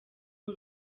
uru